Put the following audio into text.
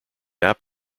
app